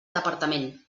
departament